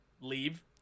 leave